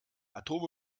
atome